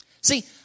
See